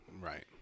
Right